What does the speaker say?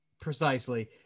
Precisely